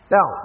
Now